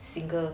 single